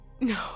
no